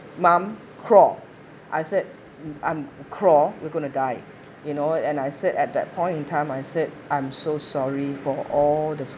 mom crawl I said I'm crawl we're gonna die you know and I said at that point in time I said I'm so sorry for all the